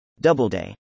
Doubleday